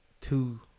two